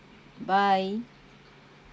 bye